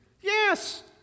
Yes